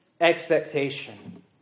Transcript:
expectation